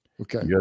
Okay